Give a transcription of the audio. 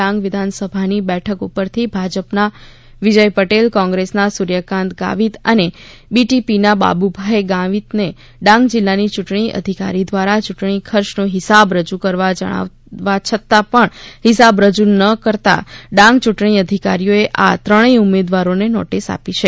ડાંગ વિધાનસભાની બેઠક ઉપરથી ભાજપનાં વિજય પટેલ કોંગ્રેસનાં સૂર્યકાંત ગાવીત અને બિટીપીનાં બાપુભાઈ ગામીતને ડાંગ જિલ્લા ચૂંટણી અધિકારી દ્વારા ચૂંટણી ખર્ચનો હિસાબ રજૂ કરવા જણાવવા છતાં પણ હિસાબ રજૂ ન કરતા ડાંગ યૂંટણી અધિકારીએ આ ત્રણેય ઉમેદવારોને નોટિસ આપી છે